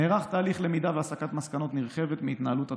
נערך תהליך למידה והסקת מסקנות נרחבת מהתנהלות התוכנית,